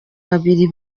babiri